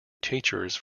teachers